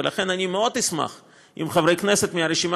ולכן אני מאוד אשמח אם חברי כנסת מהרשימה